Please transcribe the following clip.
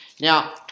Now